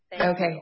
Okay